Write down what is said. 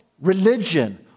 religion